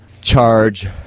charge